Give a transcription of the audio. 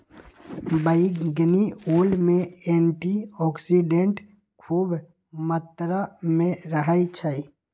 बइगनी ओल में एंटीऑक्सीडेंट्स ख़ुब मत्रा में रहै छइ